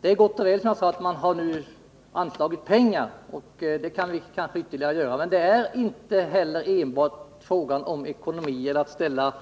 Det är gott och väl att man nu har anslagit pengar — och det kan vi kanske göra ytterligare — men det är inte enbart en fråga om ekonomi eller om att ställa